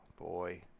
boy